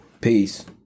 Peace